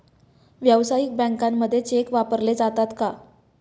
व्यावसायिक बँकांमध्ये चेक वापरले जातात का?